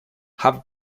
have